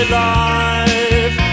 life